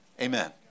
Amen